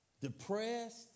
depressed